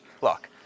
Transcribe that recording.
Look